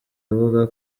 avuga